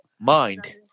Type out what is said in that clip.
mind